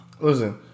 Listen